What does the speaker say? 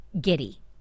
giddy